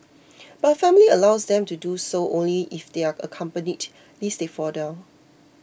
but her family allows them to do so only if they are accompanied lest they fall down